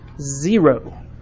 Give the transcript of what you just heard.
Zero